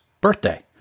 birthday